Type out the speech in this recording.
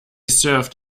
served